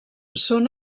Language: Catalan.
són